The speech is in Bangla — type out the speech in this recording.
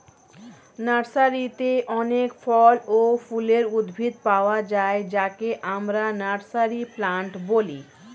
নার্সারিতে অনেক ফল ও ফুলের উদ্ভিদ পাওয়া যায় যাকে আমরা নার্সারি প্লান্ট বলি